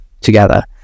together